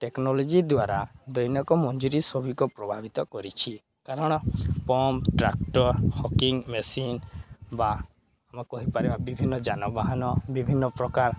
technology ଦ୍ୱାରା ଦୈନିକ ମଞ୍ଜୁରୀ ସଭିିକୁ ପ୍ରଭାବିତ କରିଛି କାରଣ ପମ୍ପ ଟ୍ରାକ୍ଟର ହକିଙ୍ଗ ମେସିନ୍ ବା ଆମେ କହିପାରିବା ବିଭିନ୍ନ ଯାନବାହାନ ବିଭିନ୍ନ ପ୍ରକାର